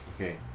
Okay